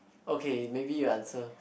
okay maybe you answer